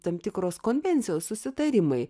tam tikros konvencijos susitarimai